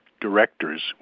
directors